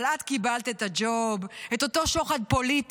אבל את קיבלת את הג'וב, את אותו שוחד פוליטי.